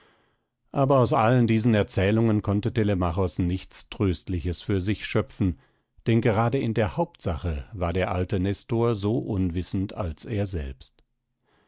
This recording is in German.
aber aus allen diesen erzählungen konnte telemachos nichts tröstliches für sich schöpfen denn gerade in der hauptsache war der alte nestor so unwissend als er selbst